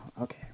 Okay